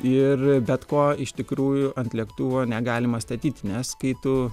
ir bet ko iš tikrųjų ant lėktuvo negalima statyti nes kai tu